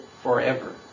forever